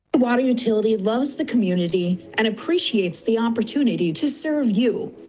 water utility loves the community and appreciates the opportunity to serve you.